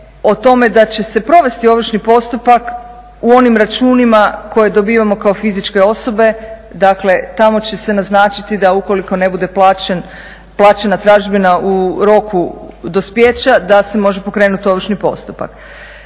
o tome da će se provesti ovršni postupak u onim računima koje dobivamo kao fizičke osobe, dakle tamo će se naznačiti da ukoliko ne bude plaćena tražbina u roku dospijeća da se može pokrenut ovršni postupak.